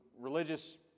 religious